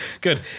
Good